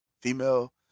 female